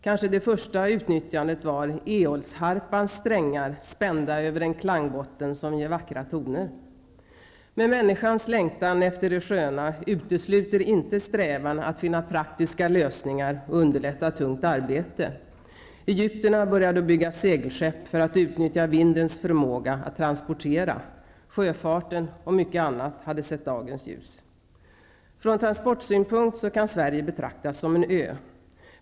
Kanske det första utnyttjandet var Eolsharpans strängar spända över en klangbotten som ger vackra toner. Men människans längtan efter det sköna utesluter inte strävan att finna praktiska lösningar och underlätta tungt arbete. Egyptierna började att bygga segelskepp för att utnyttja vindens förmåga att transportera. Sjöfarten och mycket annat hade sett dagens ljus. Från transportsynpunkt kan Sverige betraktas som en ö.